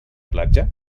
platja